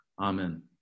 Amen